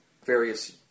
Various